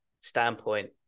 standpoint